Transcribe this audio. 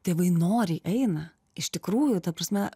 tėvai noriai eina iš tikrųjų ta prasme